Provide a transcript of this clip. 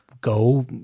go